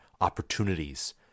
opportunities